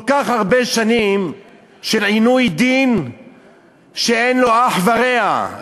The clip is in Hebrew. כל כך הרבה שנים של עינוי דין שאין לו אח ורע,